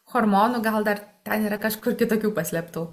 hormonų gal dar ten yra kažkur kitokių paslėptų